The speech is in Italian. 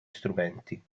strumenti